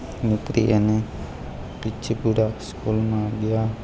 નીકળી અને પીચ્છીપુરા સ્કૂલમાં ગયા